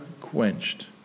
quenched